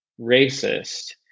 racist